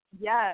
Yes